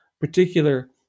particular